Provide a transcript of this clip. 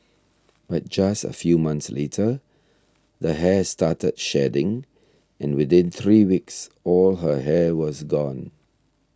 but just a few months later the hair started shedding and within three weeks all her hair was gone